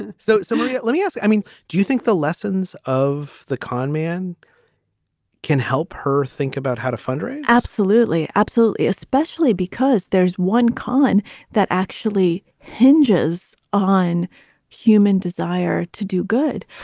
and so so yeah let me ask i mean, do you think the lessons of the con man can help her think about how to fundraise? absolutely. absolutely. especially because there's one con that actually hinges on human desire to do good.